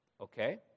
okay